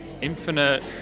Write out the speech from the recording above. Infinite